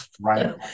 Right